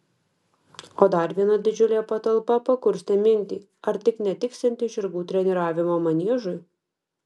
o dar viena didžiulė patalpa pakurstė mintį ar tik netiksianti žirgų treniravimo maniežui